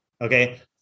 Okay